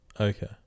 Okay